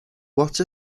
what